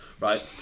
right